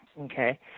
okay